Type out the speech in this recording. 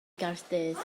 gaerdydd